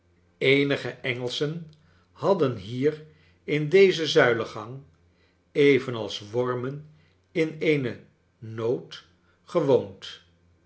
eenige engelschen hadden hier in deze zuilengang evenals wormen in eene noot gewoond